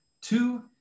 Two